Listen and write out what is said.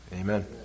amen